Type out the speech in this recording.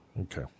Okay